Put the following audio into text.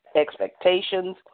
expectations